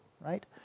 right